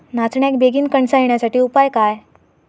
नाचण्याक बेगीन कणसा येण्यासाठी उपाय काय?